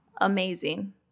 amazing